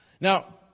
Now